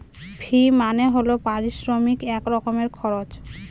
ফি মানে হল পারিশ্রমিক এক রকমের খরচ